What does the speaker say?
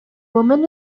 woman